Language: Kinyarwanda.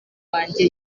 wanjye